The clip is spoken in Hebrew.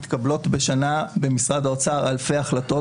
מתקבלות בשנה במשרד האוצר אלפי החלטות,